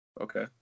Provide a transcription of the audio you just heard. Okay